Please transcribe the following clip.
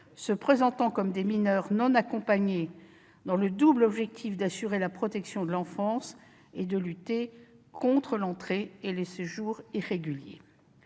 se présentant comme des mineurs non accompagnés, dans le double objectif d'assurer la protection de l'enfance et de lutter contre l'entrée et le séjour irréguliers.